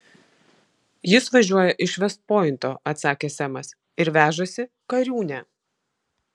jis važiuoja iš vest pointo atsakė semas ir vežasi kariūnę